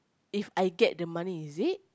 If I get the money is it